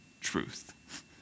truth